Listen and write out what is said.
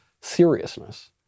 seriousness